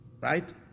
Right